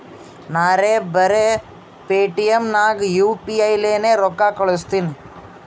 ನಾರೇ ಬರೆ ಪೇಟಿಎಂ ನಾಗ್ ಯು ಪಿ ಐ ಲೇನೆ ರೊಕ್ಕಾ ಕಳುಸ್ತನಿ